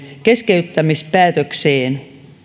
keskeyttämispäätökseen